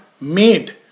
made